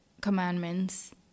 commandments